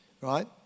right